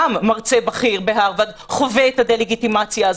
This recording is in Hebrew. מרצה בכיר בהרווארד חווה את הדה-לגיטימציה הזאת.